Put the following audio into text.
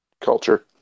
culture